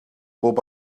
bob